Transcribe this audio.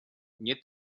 nie